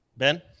Ben